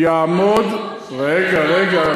הטענה היא, רגע, רגע.